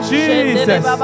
Jesus